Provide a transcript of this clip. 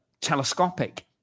telescopic